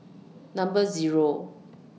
Number Zero